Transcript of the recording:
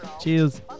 Cheers